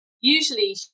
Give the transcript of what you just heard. Usually